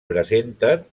presenten